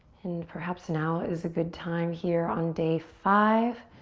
and perhaps now is a good time here on day five